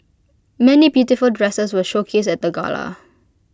many beautiful dresses were showcased at the gala